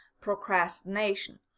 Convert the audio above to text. procrastination